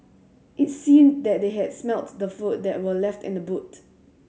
it seemed that they had smelt the food that were left in the boot